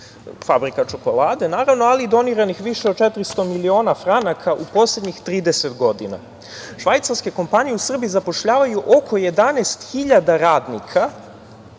fabrika čokolade, naravno, ali i doniranih više od 400 miliona franaka u poslednjih 30 godina. Švajcarske kompanije u Srbiji zapošljavaju oko 11.000 radnika,